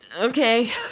okay